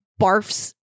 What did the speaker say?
barfs